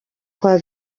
kwa